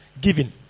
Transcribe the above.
giving